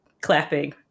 clapping